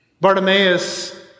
Bartimaeus